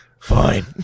Fine